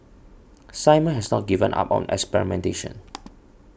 Simon has not given up on experimentation